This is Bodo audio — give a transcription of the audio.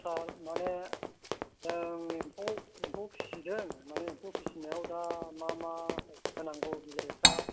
सार मानि जों एम्फौ एम्फौ फिसिदों मानि एम्फौ फिसिनायाव दा मा मा होनांगौ बिलाइफ्रा